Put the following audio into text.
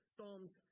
Psalms